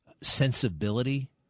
sensibility